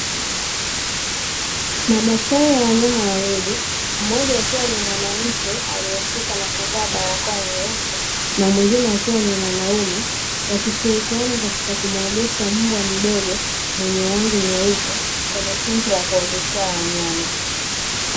Madaktari wa wanyama wawili, mmoja akiwa ni mwanamke aliyesuka na kuvaa balakoa nyeusi, na mwingine akiwa ni mwanaume, wakishilikiana katika kumuogesha mbwa mdogo mwenye rangi nyeupe, kwenye sinki la kuogeshea wanyama.